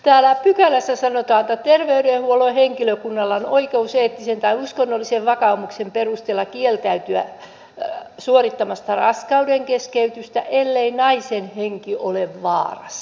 täällä pykälässä sanotaan että terveydenhuollon henkilökunnalla on oikeus eettisen tai uskonnollisen vakaumuksen perusteella kieltäytyä suorittamasta raskauden keskeytystä ellei naisen henki ole vaarassa